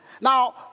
Now